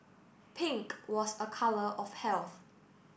pink was a colour of health